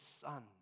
son